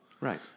Right